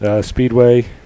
Speedway